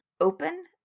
open